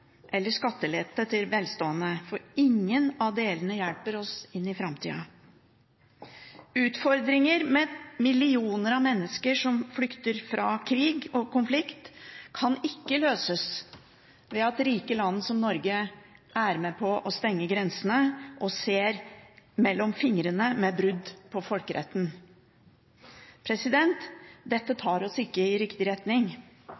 eller skattelette til velstående, for ingen av delene hjelper oss inn i framtida. Utfordringer med millioner av mennesker som flykter fra krig og konflikt, kan ikke løses ved at rike land som Norge er med på å stenge grensene og ser mellom fingrene når det gjelder brudd på folkeretten. Dette tar oss ikke i riktig retning.